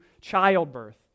childbirth